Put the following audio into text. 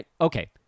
Okay